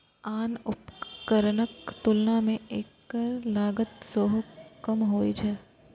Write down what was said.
आन उपकरणक तुलना मे एकर लागत सेहो कम होइ छै